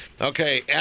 Okay